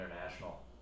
international